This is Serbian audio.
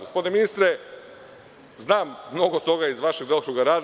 Gospodine ministre, znam mnogo toga iz vašeg delokruga rada.